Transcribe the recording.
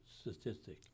statistic